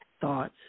thoughts